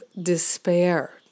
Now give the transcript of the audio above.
despair